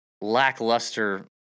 lackluster